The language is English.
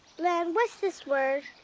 blynn, what's this word?